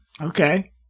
Okay